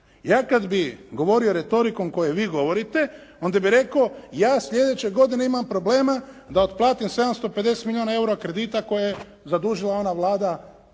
Ja kad bih govorio retorikom koju vi govorite onda bih rekao ja sljedeće godine imam problema da otplatim 750 milijuna EUR-a kredita koje je zadužila ona Vlada,